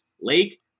Lake